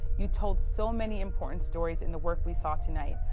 you told so many important stories in the work we saw tonight.